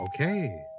Okay